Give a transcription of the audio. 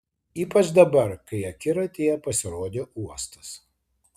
ypač dabar kai akiratyje pasirodė uostas